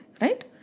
right